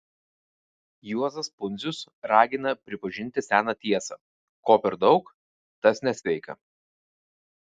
juozas pundzius ragina pripažinti seną tiesą ko per daug tas nesveika